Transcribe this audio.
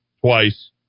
twice